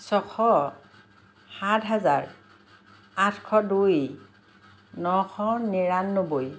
ছশ সাতহেজাৰ আঠশ দুই নশ নিৰানব্বৈ